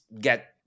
get